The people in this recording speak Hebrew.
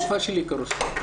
זה מהתקופה שלי כראש מועצה.